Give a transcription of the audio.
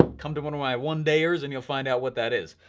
ah come to one of my one dayers and you'll find out what that is.